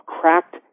cracked